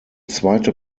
zweite